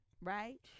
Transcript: right